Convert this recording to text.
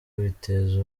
biteza